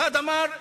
אחד אמר: